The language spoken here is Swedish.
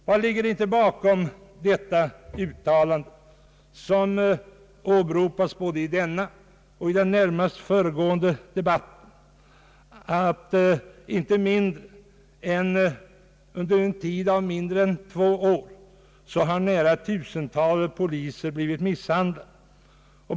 Vad ligger inte bakom detta konstaterande, som åberopats både i denna och i den föregående debatten, att under en tid av mindre än två år har nära tusentalet poliser blivit misshandlade.